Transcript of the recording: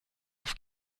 auf